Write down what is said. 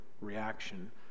reaction